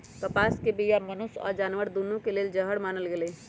कपास के बीया मनुष्य आऽ जानवर दुन्नों के लेल जहर मानल जाई छै